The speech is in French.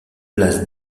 place